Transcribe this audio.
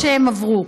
הזה שהם עברו.